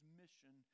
mission